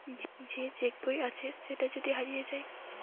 যে চেক বই আছে সেটা যদি হারিয়ে যায়